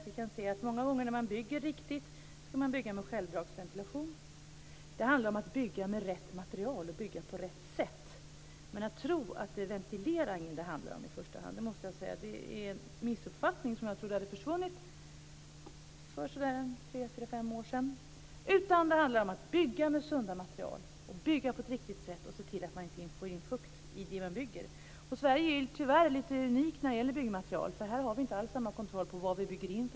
När man bygger riktigt skall man många gånger bygga med självdragsventilation. Det handlar om att bygga med rätt material och på rätt sätt. Att tro att det i första hand är ventileringen det handlar om är en missuppfattning som jag trodde försvann för tre fyra fem år sedan. Det handlar om att bygga med sunda material, bygga på ett riktigt sätt och se till att man inte får in fukt i det man bygger. Sverige är tyvärr unikt när det gäller byggmaterial. Här har vi inte alls samma kontroll på vad vi bygger in.